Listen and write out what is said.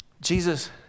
Jesus